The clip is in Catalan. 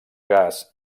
gas